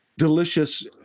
delicious